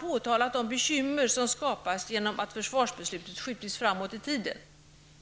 påtalat de bekymmer som skapats genom att försvarsbeslutet skjutits framåt i tiden.